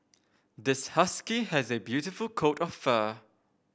this husky has a beautiful coat of fur